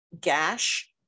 Gash